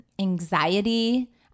anxiety